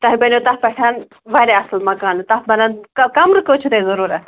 تۄہہِ بَنیٚو تَتھ پیٚٹھ واریاہ اصٕل مکانہٕ تَتھ بَنَن کَمرٕ کٔژ چھُو تۄہہِ ضروٗرَت